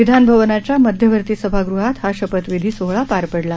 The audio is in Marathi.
विधानभवनाच्या मध्यवर्ती सभागृहात हा शपथविधी सोहळा पार पडला